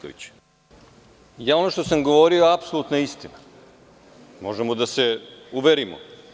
Ono što sam govorio je apsolutna istina, možemo da se uverimo.